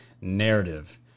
narrative